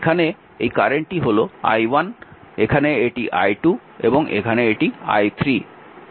এখানে এই কারেন্টটি হল i1 এখানে এটি i2 এবং এখানে এটি i3